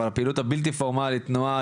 אבל הפעילו הבלתי פורמלית תנועה,